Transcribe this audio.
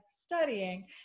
studying